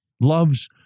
loves